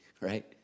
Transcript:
right